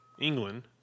England